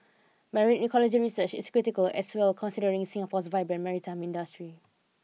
marine ecology research is critical as well considering Singapore's vibrant maritime industry